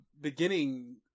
beginning